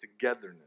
togetherness